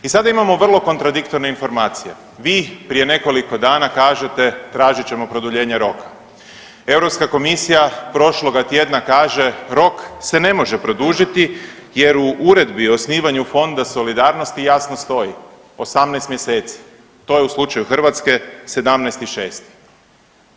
I sada imamo vrlo kontradiktorne informacije, vi prije nekoliko dana kažete tražit ćemo produljenje roka, Europska komisija prošloga tjedna kaže rok se ne može produžiti jer u uredbi o osnivaju Fonda solidarnosti jasno stoji 18 mjeseci, to je u slučaju Hrvatske 17.6.